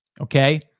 okay